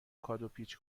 کادوپیچ